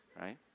right